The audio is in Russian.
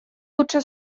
лучше